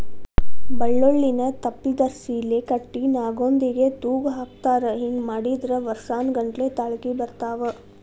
ಬಳ್ಳೋಳ್ಳಿನ ತಪ್ಲದರ್ಸಿಲೆ ಕಟ್ಟಿ ನಾಗೊಂದಿಗೆ ತೂಗಹಾಕತಾರ ಹಿಂಗ ಮಾಡಿದ್ರ ವರ್ಸಾನಗಟ್ಲೆ ತಾಳ್ಕಿ ಬರ್ತಾವ